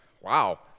Wow